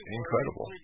incredible